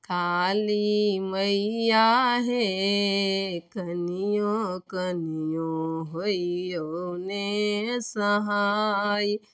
काली मैया हेऽ कनियो कनियो होइयौ ने सहाय